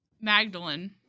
Magdalene